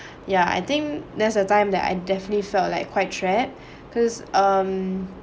yeah I think that's the time that I definitely felt like quite trapped because um